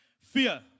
Fear